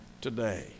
today